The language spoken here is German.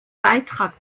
beitrag